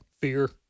Fear